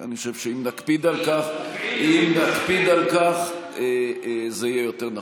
אני חושב שאם נקפיד על כך, זה יהיה יותר נכון.